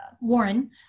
Warren